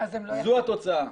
זו התוצאה.